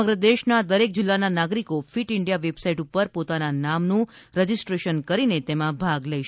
સમગ્ર દેશના દરેક જિલ્લાના નાગરિકો ફીટ ઇન્ડિયા વેબસાઇટ ઉપર પોતાના નામનું રજીસ્ટ્રેશન કરીને તેમાં ભાગ લઈ શકશે